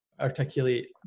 articulate